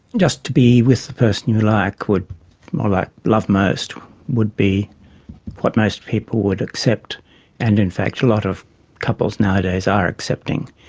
just to be with the person you like or like love most would be what most people would accept and in fact a lot of couples nowadays are accepting.